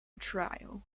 trio